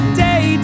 day